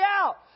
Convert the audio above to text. out